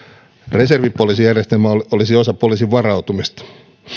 reservipoliisijärjestelmä olisi osa poliisin varautumista